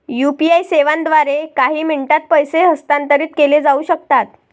UPI सेवांद्वारे काही मिनिटांत पैसे हस्तांतरित केले जाऊ शकतात